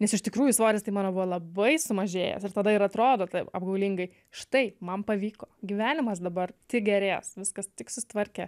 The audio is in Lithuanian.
nes iš tikrųjų svoris tai mano buvo labai sumažėjęs ir tada ir atrodo taip apgaulingai štai man pavyko gyvenimas dabar tik gerės viskas tik susitvarkė